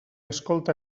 escolta